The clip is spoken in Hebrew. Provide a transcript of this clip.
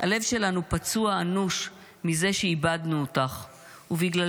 --- הלב שלנו פצוע אנוש מזה שאיבדנו אותך ובגלל